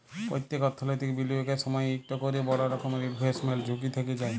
প্যত্তেক অথ্থলৈতিক বিলিয়গের সময়ই ইকট ক্যরে বড় রকমের ইলভেস্টমেল্ট ঝুঁকি থ্যাইকে যায়